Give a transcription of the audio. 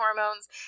hormones